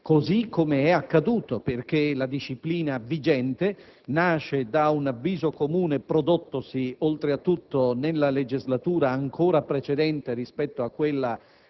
così come è accaduto, perché la disciplina vigente nasce da un avviso comune prodottosi, oltre tutto, nella legislatura ancora precedente rispetto a quella